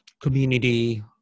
community